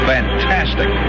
Fantastic